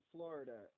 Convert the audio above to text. Florida